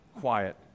quiet